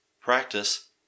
practice